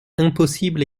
impossible